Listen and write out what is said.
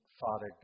Father